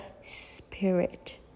spirit